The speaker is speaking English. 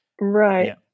Right